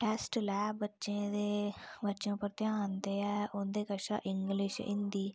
test लै बच्चें दे बच्चें उप्पर ध्यान देऐ उं'दे कशा इंग्लिश हिंदी